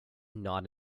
not